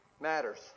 Matters